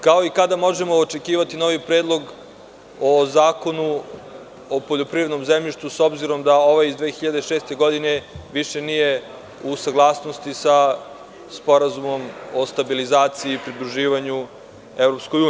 Kada možemo očekivati novi predlog o zakonu o poljoprivrednom zemljištu, s obzirom da ovaj iz 2006. godine više nije u saglasnosti sa Sporazumom o stabilizaciji i pridruživanju EU?